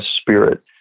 spirit